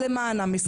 למען עם ישראל.